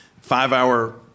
five-hour